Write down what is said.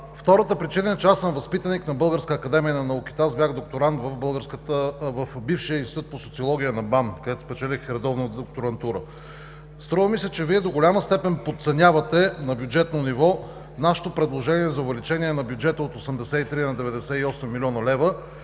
Втората причина е, че съм възпитаник на Българската академия на науките. Бях докторант в бившия Институт по социология на БАН, където спечелих редовна докторантура. Струва ми се, че Вие до голяма степен подценявате на бюджетно ниво нашето предложение за увеличение на бюджета от 83 на 98 млн. лв.